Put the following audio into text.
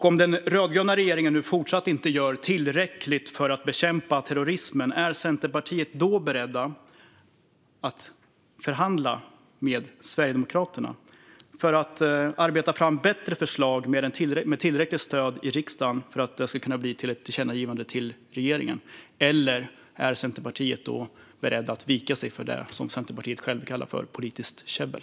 Om den rödgröna regeringen nu fortsätter att inte göra tillräckligt för att bekämpa terrorismen, är Centerpartiet då berett att förhandla med Sverigedemokraterna för att arbeta fram bättre förslag med tillräckligt stöd i riksdagen för att det ska kunna bli ett tillkännagivande till regeringen, eller är Centerpartiet då berett att vika sig för det som man själv kallar för politiskt käbbel?